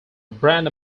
brand